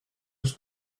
sus